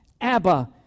Abba